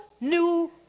new